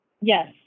Yes